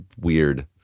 weird